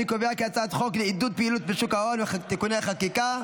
אני קובע כי הצעת חוק לעידוד פעילות בשוק ההון (תיקוני חקיקה),